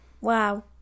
Wow